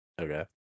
Okay